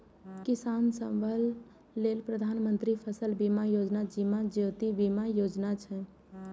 किसान सभक लेल प्रधानमंत्री फसल बीमा योजना, जीवन ज्योति बीमा योजना छै